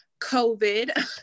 COVID